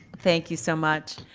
thank you so much.